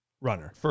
runner